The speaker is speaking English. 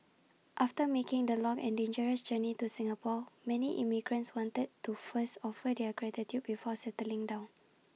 after making the long and dangerous journey to Singapore many immigrants wanted to first offer their gratitude before settling down